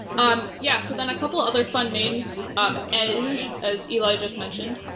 um yeah, so then a couple other fun names um ezh zh, as eli just mentioned,